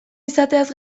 izateaz